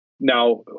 Now